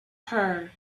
her